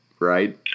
right